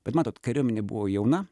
bet matot kariuomenė buvo jauna